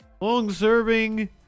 long-serving